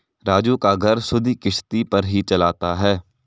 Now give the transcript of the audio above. राजू का घर सुधि किश्ती पर ही चलता है